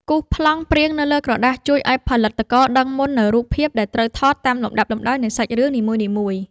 គូសប្លង់ព្រាងនៅលើក្រដាសជួយឱ្យផលិតករដឹងមុននូវរូបភាពដែលត្រូវថតតាមលំដាប់លំដោយនៃសាច់រឿងនីមួយៗ។